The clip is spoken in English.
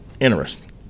Interesting